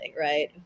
right